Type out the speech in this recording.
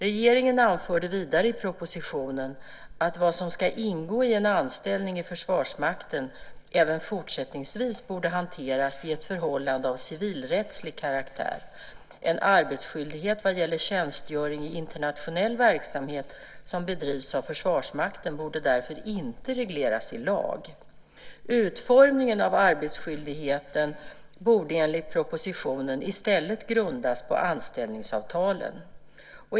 Regeringen anförde vidare i propositionen att vad som ska ingå i en anställning i Försvarsmakten även i fortsättningen borde hanteras i ett förhållande av civilrättslig karaktär. En arbetsskyldighet vad gäller tjänstgöring i internationell verksamhet som bedrivs av Försvarsmakten borde därför inte regleras i lag. Utformningen av arbetsskyldigheten borde enligt propositionen i stället grundas på anställningsavtalen.